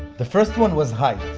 the first one was height.